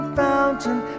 fountain